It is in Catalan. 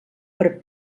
per